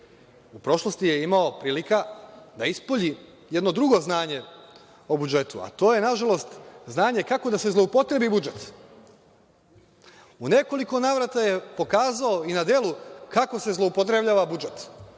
u prošlosti je imao prilika da ispolji jedno drugo znanje o budžetu, a to je nažalost znanje kako da se zloupotrebi budžet. U nekoliko navrata je pokazao i na delu kako se zloupotrebljava budžet,